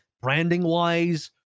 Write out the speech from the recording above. branding-wise